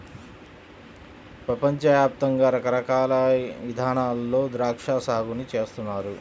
పెపంచ యాప్తంగా రకరకాల ఇదానాల్లో ద్రాక్షా సాగుని చేస్తున్నారు